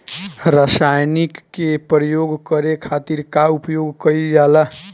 रसायनिक के प्रयोग करे खातिर का उपयोग कईल जाला?